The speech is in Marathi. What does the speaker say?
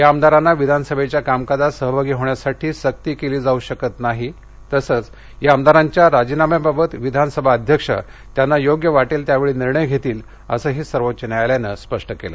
या आमदारांना विधानसभेच्या कामकाजात सहभागी होण्यासाठी सक्ती केली जाऊ शकत नाही तसंच या आमदारांच्या राजीनाम्याबाबत विधानसभा अध्यक्ष त्यांना योग्य वाटेल त्यावेळी निर्णय घेतील असं सर्वोच्च न्यायालयानं स्पष्ट केलं